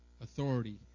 authority